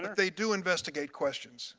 they do investigate questions.